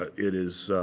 ah it is